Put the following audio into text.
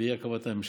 באי-הקמת הממשלה.